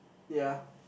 ya